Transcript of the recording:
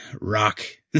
Rock